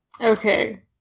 okay